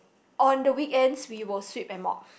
on the weekends we will sweep and mop